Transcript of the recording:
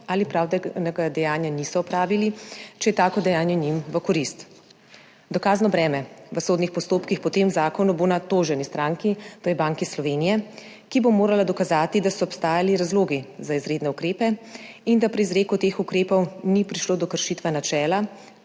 ali pravdnega dejanja niso opravili, če je tako dejanje njim v korist. Dokazno breme v sodnih postopkih po tem zakonu bo na toženi stranki, to je Banki Slovenije, ki bo morala dokazati, da so obstajali razlogi za izredne ukrepe in da pri izreku teh ukrepov ni prišlo do kršitve načela,